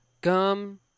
gum